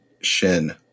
shin